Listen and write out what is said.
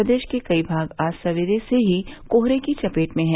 प्रदेश के कई भाग आज सवेरे से ही कोहरे की चपेट में हैं